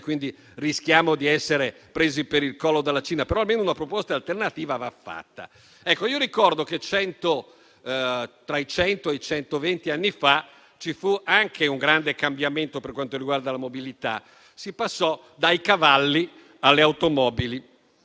quindi rischiamo di essere presi per il collo, ma almeno una proposta alternativa va fatta. Ricordo che tra i cento e i centoventi anni fa ci fu un grande cambiamento per quanto riguarda la mobilità: si passò dai cavalli alle automobili